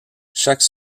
chaque